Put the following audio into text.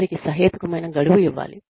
వారికి సహేతుకమైన గడువు ఇవ్వాలి